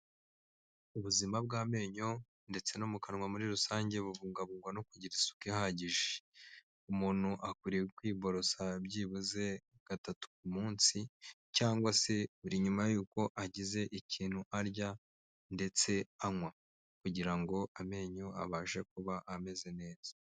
Ubuzima bw'amenyo ndetse no mu kanwa muri rusange bubungabungwa no kugira isuka ihagije, umuntu akwiriye kwiborosa byibuze gatatu ku munsi cyangwa se buri nyuma yuko agize ikintu arya ndetse anywa kugira ngo amenyo abashe kuba ameze neza.